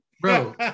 Bro